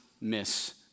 miss